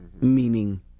meaning